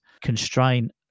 constrain